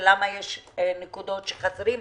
ולמה יש נקודות שבהן חסרים מכשירים.